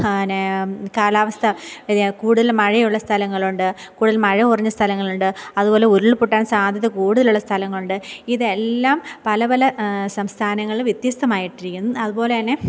ആന്നെ കാലാവസ്ഥ വ്യതിയാനം കൂടുതൽ മഴ ഉള്ള സ്ഥലങ്ങളുണ്ട് കൂടുതൽ മഴ കുറഞ്ഞ സ്ഥലങ്ങളുണ്ട് അതുപോലെ ഉരുള്പൊട്ടാന് സാധ്യത കൂടുതലുള്ള സ്ഥലങ്ങളുണ്ട് ഇതെല്ലാം പലപല സംസ്ഥാനങ്ങളില് വ്യത്യസ്തമായിട്ടിരിക്കുന്നു അതുപോലെതന്നെ